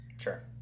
Sure